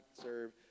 serve